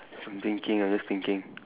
I'm thinking I'm just thinking